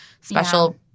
special